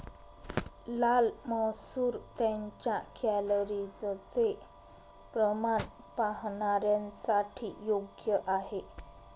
लाल मसूर त्यांच्या कॅलरीजचे प्रमाण पाहणाऱ्यांसाठी योग्य आहे